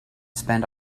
spend